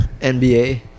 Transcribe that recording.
NBA